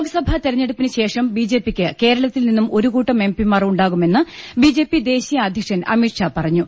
Lok Sabha തെരഞ്ഞെടുപ്പിനുശേഷം B J പിക്ക് കേരളത്തിൽ നിന്നും ഒരുകൂട്ടം എംപിമാർ ഉണ്ടാകുമെന്ന് ബി ജെ പി ദേശീയ അധ്യ ക്ഷൻ അമിത്ഷാ പറഞ്ഞു